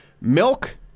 Milk